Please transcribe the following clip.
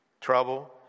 Trouble